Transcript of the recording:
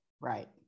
Right